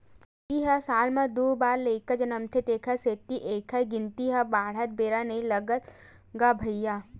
छेरी ह साल म दू बार लइका जनमथे तेखर सेती एखर गिनती ह बाड़हत बेरा नइ लागय गा भइया